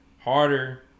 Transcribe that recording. harder